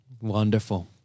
Wonderful